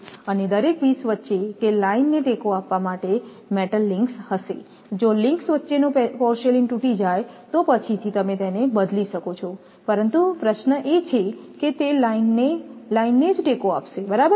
અને દરેક પીસ વચ્ચે કે લાઇન ને ટેકો આપવા માટે મેટલ લિંક્સ હશે જો લિંક્સ વચ્ચેનો પોર્સેલેઇન તૂટી જાય તો પછીથી તમે તેને બદલી શકો છો પરંતુ પ્રશ્ન એ છે કે તે લાઇનને જ ટેકો આપશે બરાબર